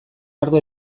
ardo